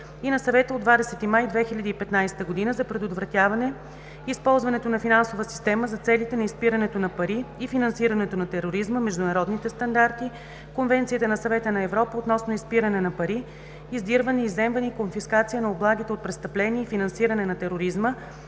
и на Съвета от 20 май 2015 г. за предотвратяване използването на финансовата система за целите на изпирането на пари и финансирането на тероризма, международните стандарти, Конвенцията на Съвета на Европа относно изпиране на пари, издирване, изземване и конфискация на облагите от престъпления и финансиране на тероризма,